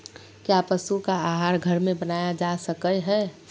क्या पशु का आहार घर में बनाया जा सकय हैय?